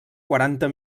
quaranta